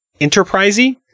enterprisey